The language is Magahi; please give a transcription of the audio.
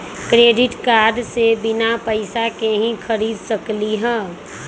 क्रेडिट कार्ड से बिना पैसे के ही खरीद सकली ह?